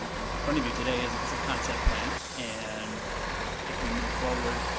in front of you today is is a concept plan. and if we move forward,